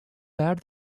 bad